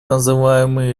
называемые